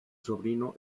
sobrino